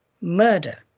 murder